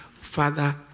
father